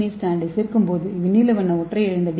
ஏ ஸ்ட்ராண்டைச் சேர்க்கும்போது இது நீல வண்ண ஒற்றை இழைந்த டி